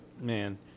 man